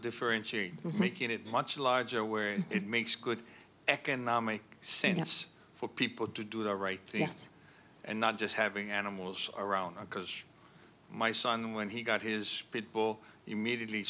differentiate making it much larger where it makes good economic sense for people to do the right thing and not just having animals around because my son when he got his pit bull immediately